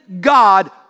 God